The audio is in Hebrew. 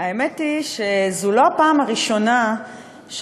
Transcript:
האמת היא שזו לא הפעם הראשונה שהממשלה